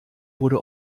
wurde